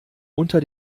unter